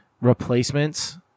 replacements